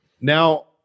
Now